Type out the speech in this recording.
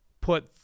put